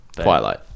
Twilight